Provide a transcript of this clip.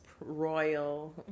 royal